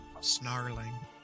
snarling